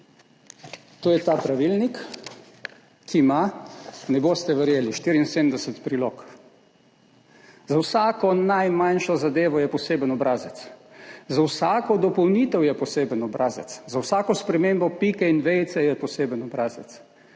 To je ta pravilnik, ki ima, ne boste verjeli, 74 prilog. Za vsako najmanjšo zadevo je poseben obrazec. Za vsako dopolnitev je poseben obrazec. Za vsako spremembo pike in vejice je poseben obrazec.